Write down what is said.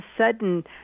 sudden